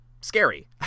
scary